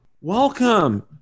welcome